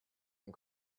and